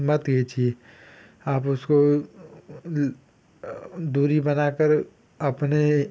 मत घीचिए आप उसको दूरी बनाकर अपने